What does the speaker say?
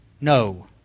No